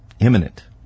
imminent